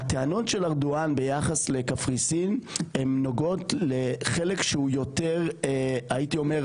הטענות של ארדואן ביחס לקפריסין הן נוגעות לחלק שהוא יותר מערבי-דרומי,